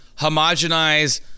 homogenize